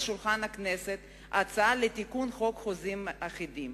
שולחן הכנסת הצעה לתיקון חוק חוזים אחידים.